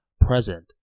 present